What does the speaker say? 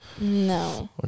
No